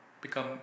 become